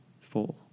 four